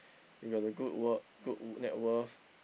if you are the good work good net worth